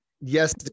Yes